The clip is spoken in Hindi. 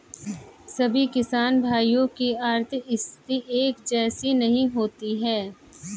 सभी किसान भाइयों की आर्थिक स्थिति एक जैसी नहीं होती है